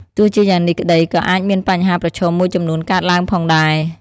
ទោះជាយ៉ាងនេះក្តី ក៏អាចមានបញ្ហាប្រឈមមួយចំនួនកើតឡើងផងដែរ។